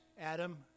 Adam